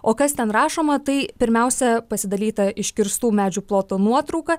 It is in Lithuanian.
o kas ten rašoma tai pirmiausia pasidalyta iškirstų medžių ploto nuotrauka